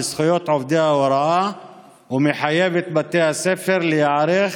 בזכויות עובדי ההוראה ומחייב את בתי הספר להיערך